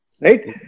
right